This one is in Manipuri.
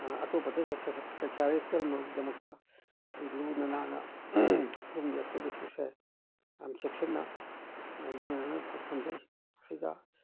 ꯑꯇꯣꯞꯄꯗ ꯆꯥꯏꯈꯥꯏꯔꯛꯇꯅꯕꯒꯗꯃꯛꯇ ꯑꯩ ꯂꯨꯅ ꯅꯥꯟꯅ ꯌꯨꯝꯒꯤ ꯑꯀꯣꯏꯕꯁꯤꯡꯁꯦ ꯌꯥꯝ ꯆꯦꯛꯁꯤꯟꯅ ꯂꯨꯅ ꯅꯥꯟꯅ ꯊꯝꯖꯩ ꯃꯁꯤꯗ